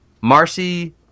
Marcy